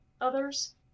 others